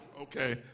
Okay